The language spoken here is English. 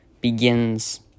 begins